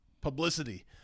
publicity